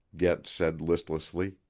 get said listlessly.